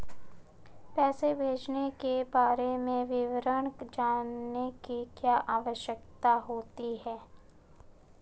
पैसे भेजने के बारे में विवरण जानने की क्या आवश्यकता होती है?